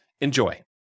Enjoy